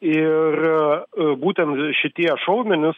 ir būtent šitie šaudmenys